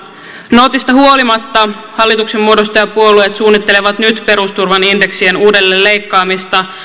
nootista huolimatta hallituksenmuodostajapuolueet suunnittelevat nyt perusturvan indeksien uudelleen leikkaamista